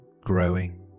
growing